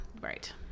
right